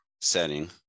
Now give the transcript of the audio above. setting